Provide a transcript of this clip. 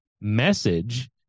message